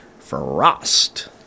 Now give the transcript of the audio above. frost